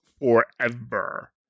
forever